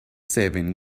saving